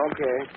Okay